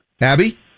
abby